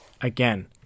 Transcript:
Again